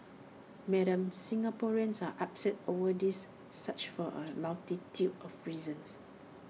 Madam Singaporeans are upset over this saga for A multitude of reasons